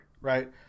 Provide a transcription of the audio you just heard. right